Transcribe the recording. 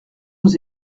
aux